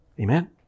Amen